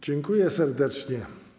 Dziękuję serdecznie.